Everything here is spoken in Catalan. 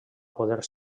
poder